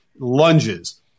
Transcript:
Lunges